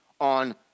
on